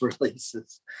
releases